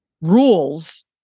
rules